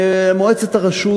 מועצת הרשות,